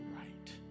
right